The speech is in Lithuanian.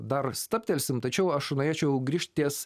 dar stabtelsime tačiau aš norėčiau griežtės